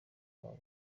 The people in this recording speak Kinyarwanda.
babo